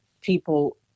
people